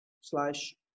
slash